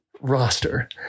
roster